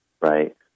right